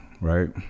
right